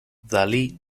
dalí